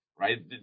right